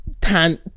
tan